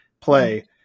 play